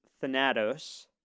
thanatos